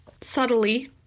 subtly